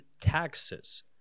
taxes